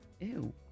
Ew